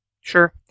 Sure